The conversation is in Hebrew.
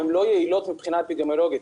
הן לא יעילות מבחינה אפידמיולוגית.